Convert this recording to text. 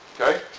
Okay